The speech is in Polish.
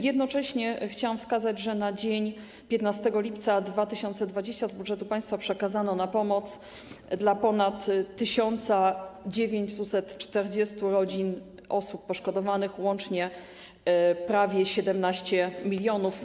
Jednocześnie chciałam wskazać, że na dzień 15 lipca 2020 r. z budżetu państwa przekazano na pomoc dla ponad 1940 rodzin, osób poszkodowanych łącznie prawie 17 mln.